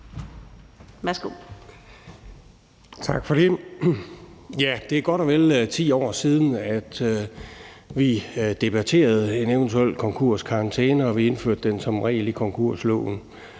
(V): Tak for det. Det er godt og vel 10 år siden, at vi debatterede en eventuel konkurskarantæne og vi indførte den som en regel i konkursloven.